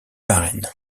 marraine